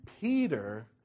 Peter